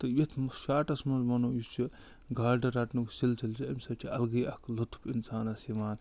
تہِ یِتھ مہٕ شاٹَس منٛز وَنو یُس یہِ گاڈٕ رَٹنُک سِلسلہٕ چھِ اَمہِ سۭتۍ چھِ الگٕے اَکھ لُطف اِنسانَس یِوان